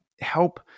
help